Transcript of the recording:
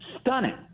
stunning